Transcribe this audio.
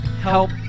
Help